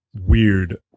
weird